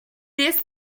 this